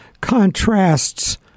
contrasts